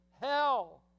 hell